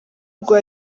rwa